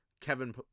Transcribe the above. Kevin